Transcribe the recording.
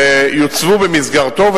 שיוצבו במסגרתו.